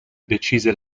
decise